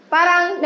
Parang